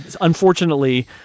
Unfortunately